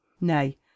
Nay